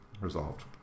resolved